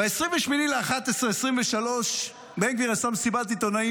ב-28 בנובמבר 2023 בן גביר עשה מסיבת עיתונאים